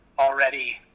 already